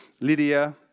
Lydia